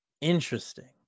Interesting